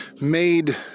made